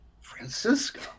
Francisco